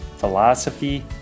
philosophy